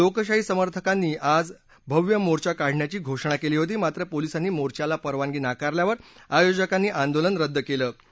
लोकशाही समर्थकांना आज भव्य मोर्चा काढण्याची घोषणा केली होती मात्र पोलीसांनी मोर्चाला परवानगी नाकारल्यानंतर आयोजकांनी आंदोलन रद्द केलं होतं